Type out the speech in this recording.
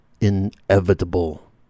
inevitable